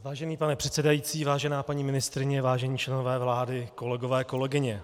Vážený pane předsedající, vážená paní ministryně, vážení členové vlády, kolegové, kolegyně.